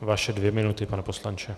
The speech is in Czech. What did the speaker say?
Vaše dvě minuty, pane poslanče.